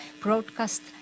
broadcast